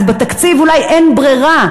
אז בתקציב אולי אין ברירה,